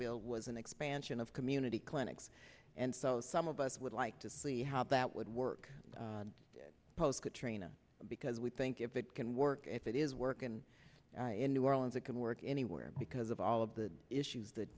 bill was an expansion of community clinics and so but would like to see how that would work post katrina because we think if it can work if it is working in new orleans it can work anywhere because of all of the issues that